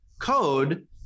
code